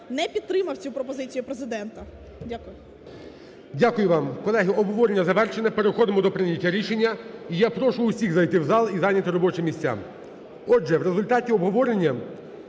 не підтримав цю пропозицію Президента. Дякую.